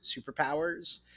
superpowers